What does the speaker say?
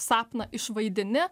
sapną išvaidini